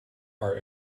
are